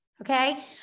okay